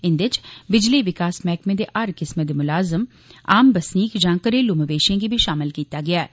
इंदे च बिजली विकास मैहकमे दे हर किस्मै दे मुलाज़म आम बसनीक यां घरेलू मवेशिएं गी बी शामल कीता गेआ ऐ